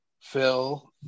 Phil